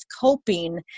coping